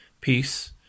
peace